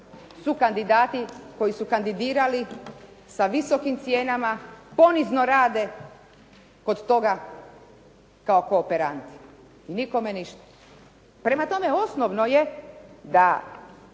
sukandidati, koji su kandidirali sa visokim cijenama ponizno rade kod toga kao kooperanti. I nikome ništa. Prema tome, osnovno je da